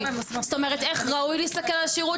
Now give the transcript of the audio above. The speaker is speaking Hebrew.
זאת אומרת, איך ראוי להסתכל על שירות.